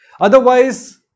Otherwise